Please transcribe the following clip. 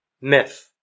myth